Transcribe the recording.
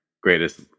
greatest